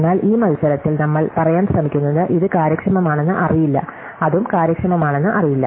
എന്നാൽ ഈ മത്സരത്തിൽ നമ്മൾ പറയാൻ ശ്രമിക്കുന്നത് ഇത് കാര്യക്ഷമമാണെന്ന് അറിയില്ല അതും കാര്യക്ഷമമാണെന്ന് അറിയില്ല